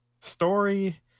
story